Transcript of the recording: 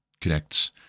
connects